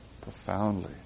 profoundly